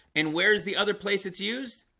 and where is the other place? it's used?